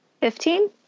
Fifteen